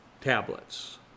tablets